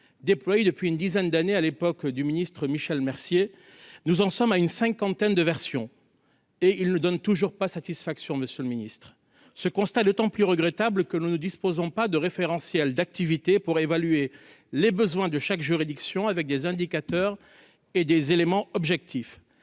déployé depuis une dizaine d'années, à l'époque du ministre Michel Mercier, nous en sommes à une cinquantaine de version. Et il ne donne toujours pas satisfaction, Monsieur le Ministre, ce constat d'autant plus regrettable que nous ne disposons pas de référentiel d'activité pour évaluer les besoins de chaque juridiction avec des indicateurs et des éléments objectifs,